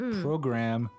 program